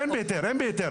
אין בהיתר.